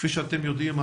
כפי שאתם יודעים,